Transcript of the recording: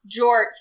Jorts